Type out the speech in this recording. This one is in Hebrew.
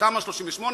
תמ"א 38,